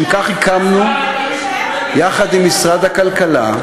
לשם כך הקמנו יחד עם משרד הכלכלה,